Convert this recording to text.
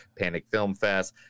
PanicFilmFest